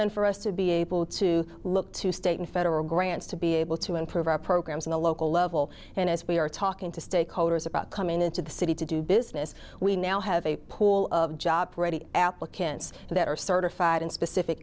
and for us to be able to look to state and federal grants to be able to improve our programs in the local level and as we are talking to stakeholders about coming into the city to do business we now have a pool of jobs ready applicants that are certified in specific